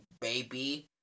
baby